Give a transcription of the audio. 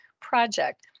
project